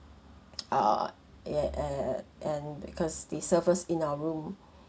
ah ya eh and because the surfers in our room